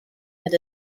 had